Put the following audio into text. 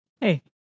Hey